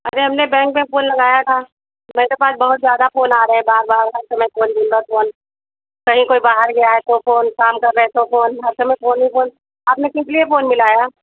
अरे हमने बैंक में फोन लगाया था मेरे पास बहुत ज़्यादा फोन आ रहे हैं बार बार एस एम एस फोन दिन भर फोन कहीं कोई बाहर गया है तो फोन काम कर रहे हैं तो फोन हर समय फोन ही फोन आपने किस लिए फोन मिलाया